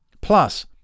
Plus